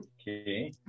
Okay